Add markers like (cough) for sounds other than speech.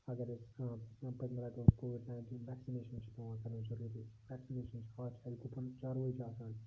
اَگر اَسہِ کانٛہہ پٔتۍ مہِ لَٹہِ اوس کووِڈ نایِنٹیٖن ویٚکسِنیشَن چھِ پٮ۪وان کَرٕنۍ ضروٗری ویٚکسِنیشَن چھِ (unintelligible) چاروٲے چھُ آسان